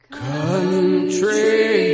country